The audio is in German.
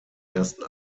ersten